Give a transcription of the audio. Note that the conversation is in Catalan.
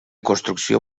construcció